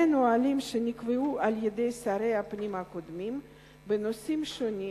נהלים שנקבעו על-ידי שרי הפנים הקודמים בנושאים שונים